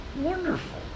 wonderful